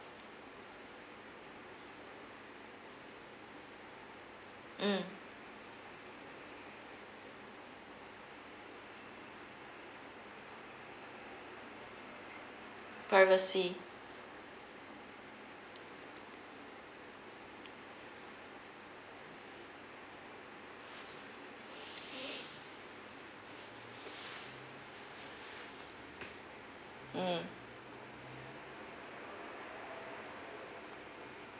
mm privacy mm